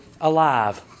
alive